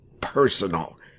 personal